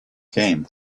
came